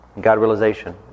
God-realization